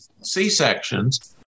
C-sections